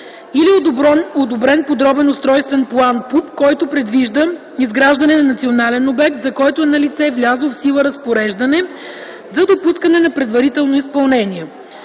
или одобрен подробен устройствен план (ПУП), който предвижда изграждане на национален обект, за който е налице влязло в сила разпореждане за допускане на предварително изпълнение.